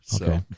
Okay